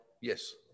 Yes